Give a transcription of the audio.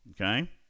okay